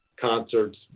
concerts